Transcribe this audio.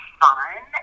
fun